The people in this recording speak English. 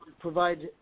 provide